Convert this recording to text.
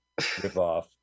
ripoff